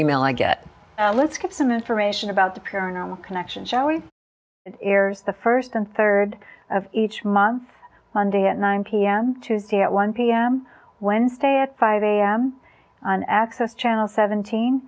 email i get let's give some information about the paranormal connections our ears the first and third of each month monday at nine pm tuesday at one p m wednesday at five am on access channel seventeen